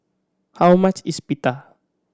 how much is Pita